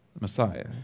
Messiah